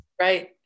right